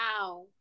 wow